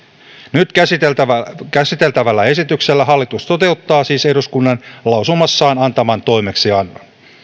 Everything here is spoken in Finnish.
nyt käsiteltävällä käsiteltävällä esityksellä hallitus toteuttaa siis eduskunnan lausumassaan antaman toimeksiannon